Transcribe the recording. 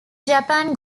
japan